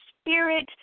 spirit